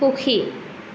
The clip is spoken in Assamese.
সুখী